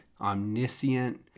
omniscient